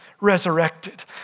resurrected